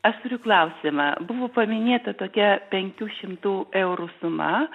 aš turiu klausimą buvo paminėta tokia penkių šimtų eurų suma